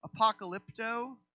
Apocalypto